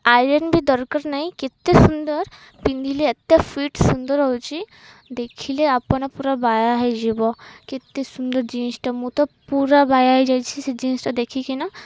iron ବି ଦରକାର ନାହିଁ କେତେ ସୁନ୍ଦର ପିନ୍ଧିଲେ ଏତେ ଫିଟ୍ ସୁନ୍ଦର ହେଉଛି ଦେଖିଲେ ଆପଣ ପୁରା ବାୟା ହେଇଯିବ କେତେ ସୁନ୍ଦର ଜିନ୍ସଟା ମୁଁ ତ ପୁରା ବାୟା ହେଇଯାଇଛି ସେ ଜିନ୍ସଟା ଦେଖିକିନା